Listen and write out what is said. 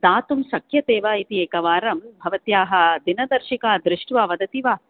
दातुं शक्यते वा इति एकवारं भवत्याः दिनदर्शिकां दृष्ट्वा वदति वा